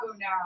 now